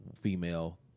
female